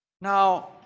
Now